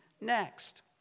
next